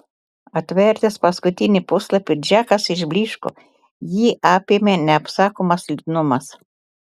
atvertęs paskutinį puslapį džekas išblyško jį apėmė neapsakomas liūdnumas